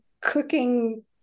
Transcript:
cooking